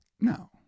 No